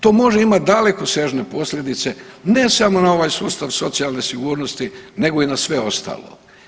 To može imati dalekosežne posljedice, ne samo na ovaj sustav socijalne sigurnosti, nego i na sve ostalo.